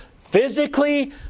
physically